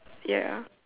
ya